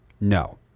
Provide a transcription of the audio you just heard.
No